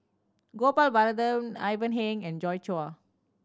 Gopal Baratham Ivan Heng and Joi Chua